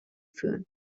führen